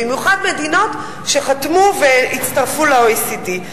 במיוחד מדינות שחתמו והצטרפו ל-OECD.